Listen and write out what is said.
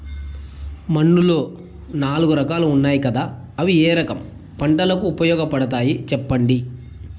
మన్నులో నాలుగు రకాలు ఉన్నాయి కదా అవి ఏ రకం పంటలకు ఉపయోగపడతాయి చెప్పండి?